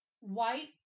white